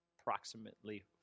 approximately